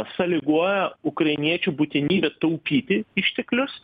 sąlygoja ukrainiečių būtinybę taupyti išteklius